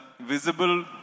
visible